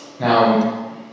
Now